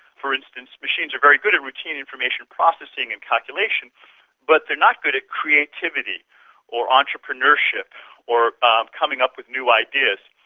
for instance, machines are very good at routine information processing and calculation but they are not good at creativity or entrepreneurship or um coming up with new ideas.